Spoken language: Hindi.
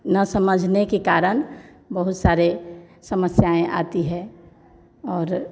न समझने के कारण बहुत सारे समस्याएँ आती है और